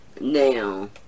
Now